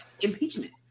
impeachment